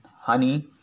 honey